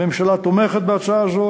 הממשלה תומכת בהצעה זו,